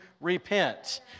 repent